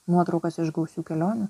nuotraukas iš gausių kelionių